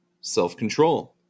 self-control